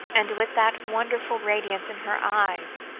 and with that wonderful radiance in her eyes,